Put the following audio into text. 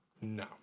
no